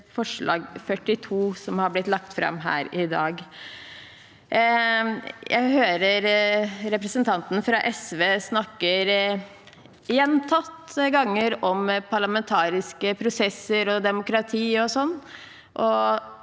forslag nr. 42, som har blitt lagt fram her i dag. Jeg har hørt representanten fra SV snakke gjentatte ganger om parlamentariske prosesser og demokra